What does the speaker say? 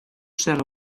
zer